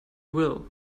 will